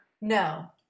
no